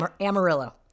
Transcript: Amarillo